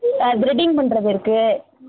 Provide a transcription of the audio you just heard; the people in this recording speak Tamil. திரெடிங் பண்ணுறதுருக்கு